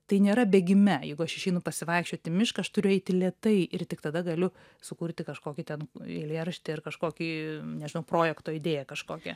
tai nėra bėgime jeigu aš išeinu pasivaikščiot į mišką aš turiu eiti lėtai ir tik tada galiu sukurti kažkokį ten eilėraštį ar kažkokį nežinau projekto idėją kažkokią